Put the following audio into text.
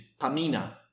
Pamina